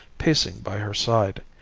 pacing by her side,